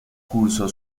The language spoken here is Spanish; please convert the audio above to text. cursó